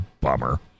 bummer